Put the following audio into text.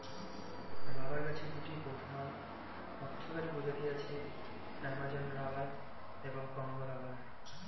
rubber গাছের দুটি প্রধান অর্থকরী প্রজাতি আছে, অ্যামাজন রবার এবং কংগো রবার